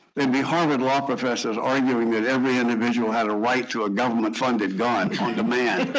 there'd be harvard law professors arguing that every individual had a right to a government-funded god on demand.